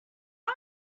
was